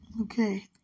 Okay